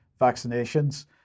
vaccinations